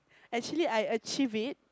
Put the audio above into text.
actually I achieve it